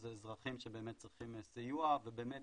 אלה אזרחים שבאמת צריכים סיוע ובאמת